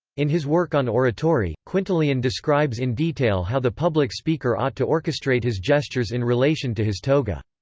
in his work on oratory, quintilian describes in detail how the public speaker ought to orchestrate his gestures in relation to his toga.